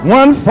one